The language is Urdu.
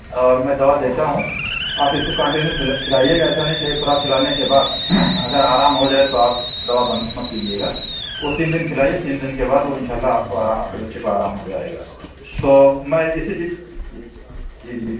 اور میں دوا دیتا ہوں آپ اِس کو کنٹینیو کھلا کھلائیے گا ایسا نہیں کہ ایک خوراک کھلانے کے بعد اگر آرام ہو جائے تو آپ دوا بند مت کیجئے گا وہ تین دِن کھلائیے تین دِن کے بعد وہ اِنشاء اللہ آپ کو آرام آپ کے بچے کو آرام ہوجائے گا تو میں اِسی جی جی جی